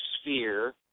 sphere